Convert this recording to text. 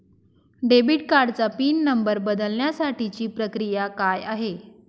Debit कार्डचा pin number बदलण्यासाठीची प्रक्रिया काय आहे?